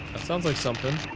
sounds like something.